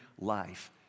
life